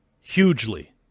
hugely